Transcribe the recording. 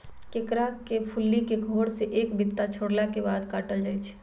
केरा के फुल्ली के घौर से एक बित्ता छोरला के बाद काटल जाइ छै